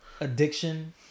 addiction